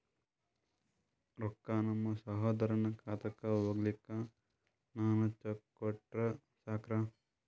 ರೊಕ್ಕ ನಮ್ಮಸಹೋದರನ ಖಾತಕ್ಕ ಹೋಗ್ಲಾಕ್ಕ ನಾನು ಚೆಕ್ ಕೊಟ್ರ ಸಾಕ್ರ?